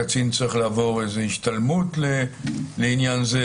הקצין צריך לעבור איזו השתלמות לעניין זה.